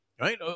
Right